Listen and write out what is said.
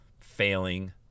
failing